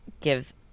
give